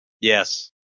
Yes